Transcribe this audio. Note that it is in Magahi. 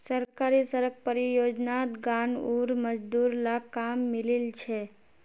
सरकारी सड़क परियोजनात गांउर मजदूर लाक काम मिलील छ